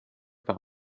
par